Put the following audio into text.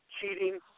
cheating